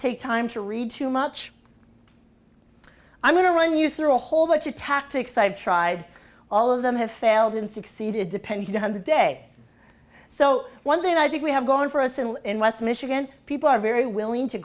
take time to read too much i'm going to run you through a whole bunch of tactics i've tried all of them have failed and succeeded depend one hundred day so one thing i think we have going for us and in west michigan people are very willing to